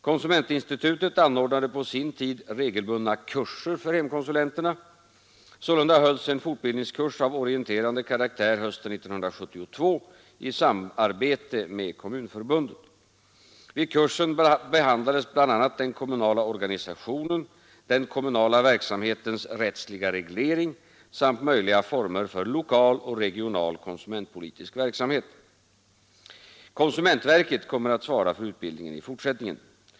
Konsumentinstitutet anordnade på sin tid regelbundet kurser för hemkonsulenterna. Sålunda hölls en fortbildningskurs av orienterande karaktär hösten 1972 i samarbete med Kommunförbundet. Vid kursen behandlades bl.a. den kommunala organisationen, den kommunala verksamhetens rättsliga reglering samt möjliga former för lokal och regional konsumentpolitisk verksamhet. Konsumentverket kommer att svara för utbildningen i fortsättningen.